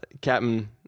Captain